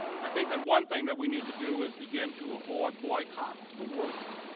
i think that one thing that we need to do is begin to avoid, boycott the word.